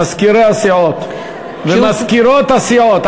מזכירי הסיעות ומזכירות הסיעות.